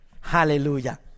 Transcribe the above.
Hallelujah